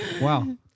Wow